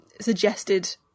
suggested